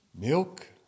Milk